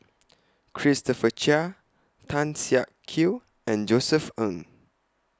Christopher Chia Tan Siak Kew and Josef Ng